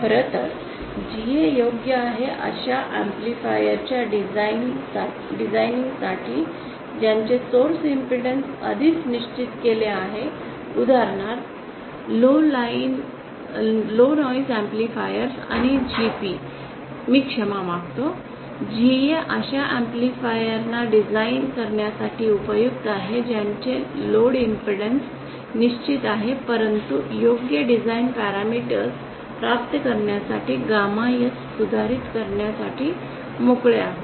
खरं तर GA योग्य आहे अशा एम्पलीफायर च्या डिझाइनिंग साठी ज्यांचे सोर्स इम्पेडन्स आधीच निश्चित केले आहे उदाहरणार्थ लो नॉईस एम्पलीफायर आणि GP मी क्षमा मागतो GA अशा एम्पलीफायर ना डिझाइन करण्यासाठी उपयुक्त आहे ज्यांचे लोड इम्पेडन्स निश्चित आहे परंतु आपण योग्य डिझाइन पॅरामीटर्स प्राप्त करण्यासाठी गॅमा S सुधारित करण्यास मोकळे आहोत